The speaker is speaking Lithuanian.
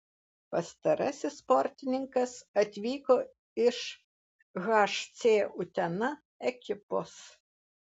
pastarasis sportininkas atvyko iš hc utena ekipos